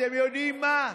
אתם יודעים מה,